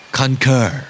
concur